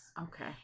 okay